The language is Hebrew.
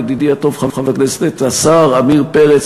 ידידי הטוב חבר הכנסת השר עמיר פרץ,